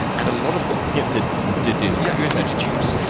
and a lot of what you have to deduce. yeah, you have to deduce.